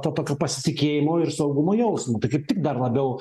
to tokio pasitikėjimo ir saugumo jausmo tai kaip tik dar labiau